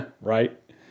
right